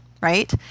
right